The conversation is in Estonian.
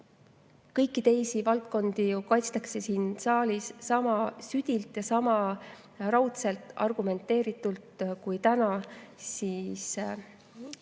Kõiki teisi valdkondi kaitstakse siin saalis sama südilt ja sama raudselt argumenteeritult kui täna riiklike